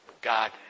God